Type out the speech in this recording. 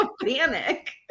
panic